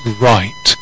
right